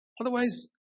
Otherwise